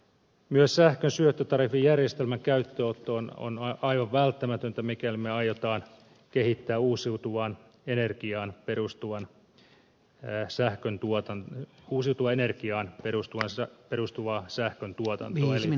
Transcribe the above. myös sähkön syöttötariffijärjestelmän käyttöönotto on aivan välttämätöntä mikäli me aiomme kehittää uusiutuvaan energiaan perustuvan myös sähkön tuotanto uusiutuenergiaan perustuvaansä perustuvaa sähköntuotantoa